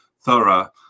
thorough